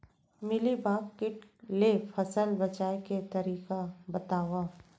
Mealybug किट ले फसल बचाए के तरीका बतावव?